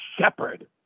Shepherd